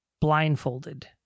blindfolded